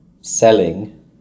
selling